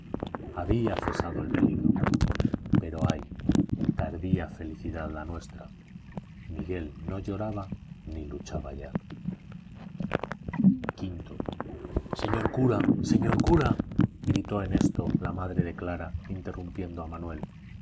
había cesado el peligro pero ay tardía felicidad la nuestra miguel no lloraba ni luchaba ya v señor cura señor cura gritó en esto la madre de clara interrumpiendo a manuel